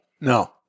No